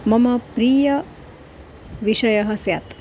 मम प्रियविषयः स्यात्